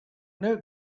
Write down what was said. knew